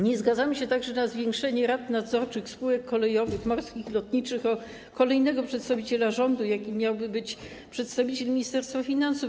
Nie zgadzamy się także na zwiększenie liczebności rad nadzorczych spółek kolejowych, morskich, lotniczych o kolejnego przedstawiciela rządu, jakim miałby być przedstawiciel Ministerstwa Finansów.